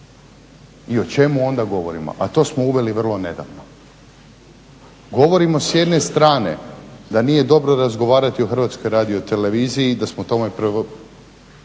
I o čemu onda govorimo? A to smo uveli vrlo nedavno. Govorimo s jedne strane da nije dobro razgovarati o HRT-u i da smo tome dali